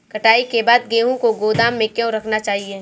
कटाई के बाद गेहूँ को गोदाम में क्यो रखना चाहिए?